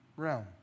realm